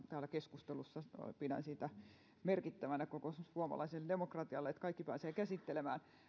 täällä keskustelussa pidän merkittävänä koko suomalaiselle demokratialle sitä että kaikki pääsevät käsittelemään